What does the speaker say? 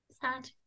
sad